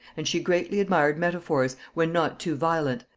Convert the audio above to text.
and she greatly admired metaphors, when not too violent,